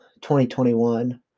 2021